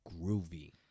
groovy